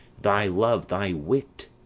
thy love, thy wit,